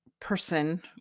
Person